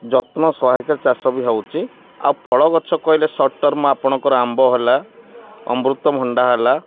ଯତ୍ନ ସହାୟକ ଚାଷ ବି ହେଉଛି ଆଉ ଫଳ ଗଛ କହିଲେ ସର୍ଟ ଟର୍ମ ଆପଣଙ୍କର ଆମ୍ବ ହେଲା ଅମୃତଭଣ୍ଡା ହେଲା